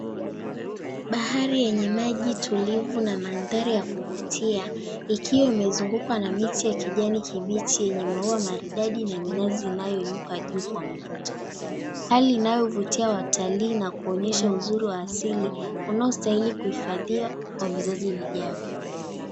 Bahari yenye maji tulivu na mandhari ya kuvutia ikiwa imezungukwa na miti ya kijani kibichi yenye maua maridadi na minazi inayoinuka juu kwa mvuto. Hali inayovutia watalii na kuonyesha uzuri wa asili unaostahili kuhifadhiwa kwa vizazi vijavyo.